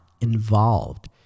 involved